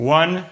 one